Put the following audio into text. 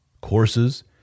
courses